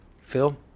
Phil